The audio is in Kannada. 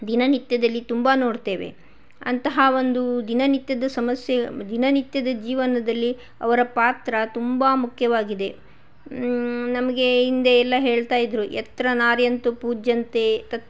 ದಿನನಿತ್ಯದಲ್ಲಿ ತುಂಬಾ ನೋಡ್ತೇವೆ ಅಂತಹ ಒಂದು ದಿನನಿತ್ಯದ ಸಮಸ್ಯೆ ದಿನನಿತ್ಯದ ಜೀವನದಲ್ಲಿ ಅವರ ಪಾತ್ರ ತುಂಬಾ ಮುಖ್ಯವಾಗಿದೆ ನಮಗೆ ಹಿಂದೆ ಎಲ್ಲ ಹೇಳ್ತಾ ಇದ್ದರು ಯತ್ರ ನಾರ್ಯಂತು ಪೂಜ್ಯಂತೆ ತತ್